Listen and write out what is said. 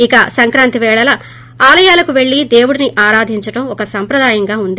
ఇక సంక్రాంతి పేళ ఆలయాలకు పెళ్లి దేవుడిని ఆరాధించడం ఒక సంప్రదాయంగా ఉంది